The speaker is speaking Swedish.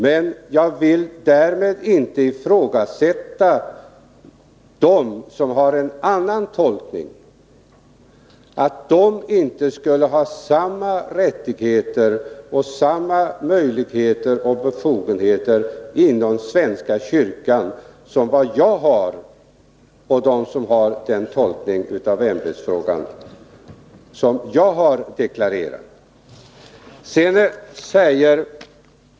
Men jag vill därmed inte ifrågasätta att de som gör en annan tolkning inte skulle ha samma rättigheter, samma möjligheter och samma befogenheter inom svenska kyrkan som jag och de som gör den tolkning av ämbetsfrågan som jag har deklarerat.